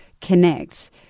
connect